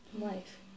life